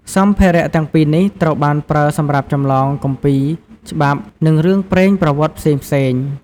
សម្ភារៈទាំងពីរនេះ ត្រូវបានប្រើសម្រាប់ចម្លងគម្ពីរ ច្បាប់ និងរឿងព្រេងប្រវត្តិផ្សេងៗ។